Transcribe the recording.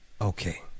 Okay